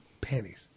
Panties